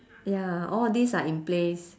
ya all this are in place